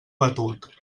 batut